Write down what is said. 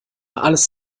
alles